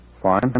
Fine